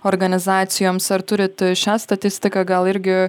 organizacijoms ar turit šią statistiką gal irgi